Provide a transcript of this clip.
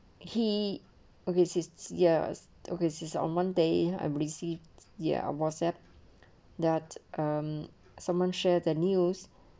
he okay is ya okay is on one day I received ya whatsapp that um someone share the news